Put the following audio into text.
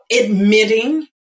admitting